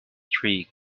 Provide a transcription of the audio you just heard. three